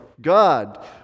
God